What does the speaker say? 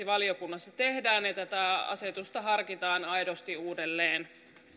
valiokunnassa tehdään ja tätä asetusta harkitaan aidosti uudelleen